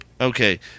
Okay